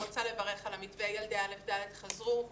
לברך על כך שכיתות א'-ד' חזרו ללימודים.